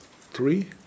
three